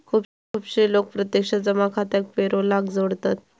खुपशे लोक प्रत्यक्ष जमा खात्याक पेरोलाक जोडतत